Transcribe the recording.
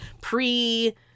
pre-